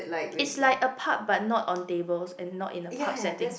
it's like a pub but not on tables and not in the pubs that I think